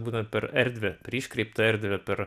būna per erdvę per iškreiptą erdvę per